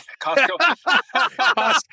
Costco